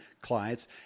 clients